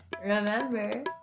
remember